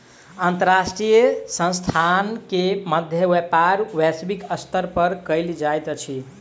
अंतर्राष्ट्रीय संस्थान के मध्य व्यापार वैश्विक स्तर पर कयल जाइत अछि